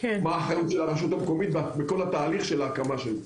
מה האחריות של הרשות המקומית בכל תהליך ההקמה של זה.